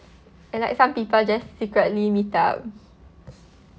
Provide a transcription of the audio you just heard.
and like some people just secretly meet up